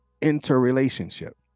interrelationship